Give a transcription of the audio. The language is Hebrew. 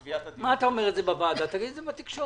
זה דיון